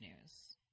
news